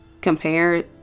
compare